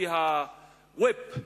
כי ה-whip,